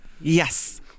Yes